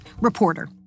Reporter